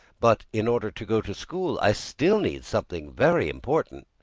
but, in order to go to school, i still need something very important.